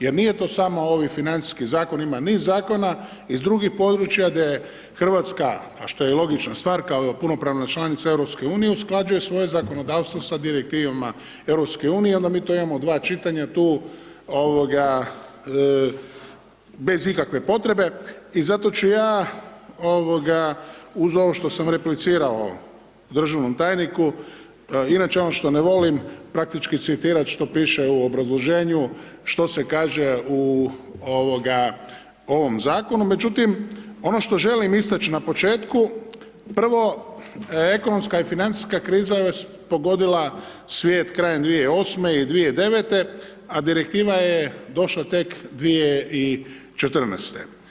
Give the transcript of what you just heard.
Jer nije to samo ovi financijski zakon ima niz zakona iz drugih područja gdje Hrvatska, a što je i logična stvar, kao punopravna članica EU usklađuje svoje zakonodavstvo sa direktivama EU i onda mi to imamo 2 čitanja tu bez ikakve potrebe i zato ću ja uz ovo što sam replicirao državnom tajniku, inače ono što ne volim praktički citirati što piše u obrazloženju, što se kaže u ovom zakonu, međutim, ono što želim istači na početku, prvo, ekonomska i financijska kriza vas pogodila svijet krajem 2008. i 2009., a direktiva je došla tek 2014.